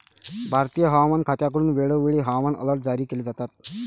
भारतीय हवामान खात्याकडून वेळोवेळी हवामान अलर्ट जारी केले जातात